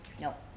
Nope